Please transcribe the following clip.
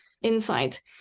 insight